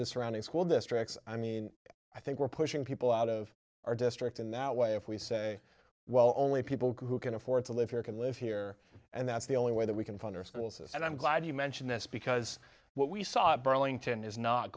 the surrounding school districts i mean i think we're pushing people out of our district in that way if we say well only people who can afford to live here can live here and that's the only way that we can fund our schools and i'm glad you mention this because what we saw in burlington is not